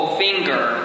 finger